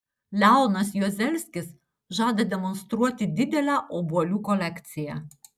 leonas juozelskis žada demonstruoti didelę obuolių kolekciją